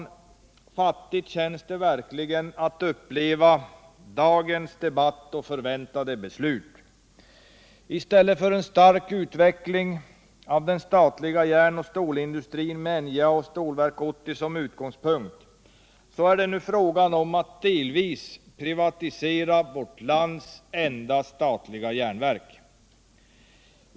Ja, fattigt känns det verkligen att uppleva dagens debatt och förväntade beslut. I stället för en stark utveckling av den statliga järnoch stålindustrin med NJA och Stålverk 80 som utgångspunkt är det nu frågan om att delvis privatisera vårt lands enda statliga järnverk.